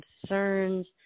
concerns